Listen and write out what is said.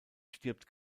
stirbt